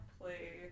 play